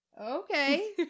Okay